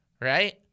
right